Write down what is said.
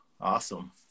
awesome